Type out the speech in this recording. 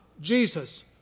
Jesus